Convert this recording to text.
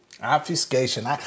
Obfuscation